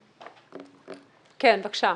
כן, בבקשה.